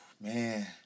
Man